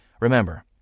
Remember